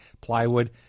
plywood